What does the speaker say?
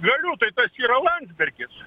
galiu tai tas yra landsbergis